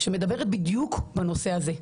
שמדברת בדיוק בנושא הזה,